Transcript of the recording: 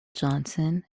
johnson